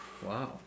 Wow